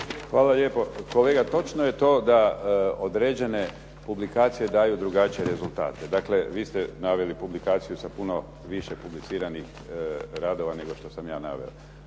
hvala lijepo. Kolega točno je to da određene publikacije daju drugačije rezultate. Dakle, vi ste naveli publikaciju sa puno više publiciranih radova nego što sam ja naveo.